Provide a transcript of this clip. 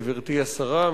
גברתי השרה,